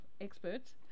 experts